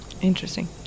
Interesting